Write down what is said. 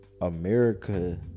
America